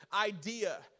idea